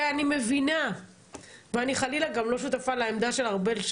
אני מבינה ואני חלילה גם לא שותפה לעמדה של ארבל,